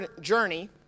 journey